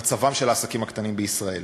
במצבם של העסקים הקטנים בישראל.